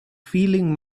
feeling